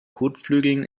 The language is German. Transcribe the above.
kotflügeln